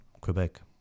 quebec